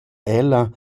ella